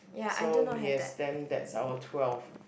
so yes then that's our twelve